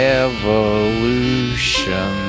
evolution